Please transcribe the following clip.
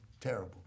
terrible